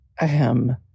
ahem